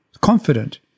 Confident